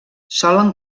solen